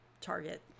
target